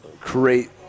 create